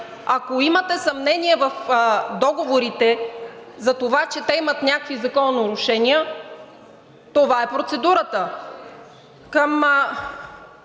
ако имате съмнения в договорите за това, че те имат някакви закононарушения, това е процедурата.